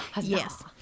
Yes